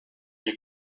you